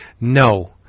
No